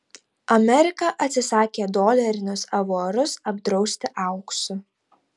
amerika atsisakė dolerinius avuarus apdrausti auksu